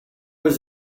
was